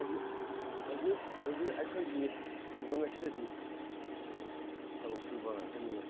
ꯍꯧꯖꯤꯛ ꯍꯧꯖꯤꯛ ꯑꯩꯈꯣꯏꯒꯤ ꯈꯨꯡꯒꯪ ꯑꯁꯤꯗꯗꯤ ꯊꯕꯛ ꯁꯨꯕ ꯉꯥꯛꯇꯅꯤꯅ